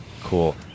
Cool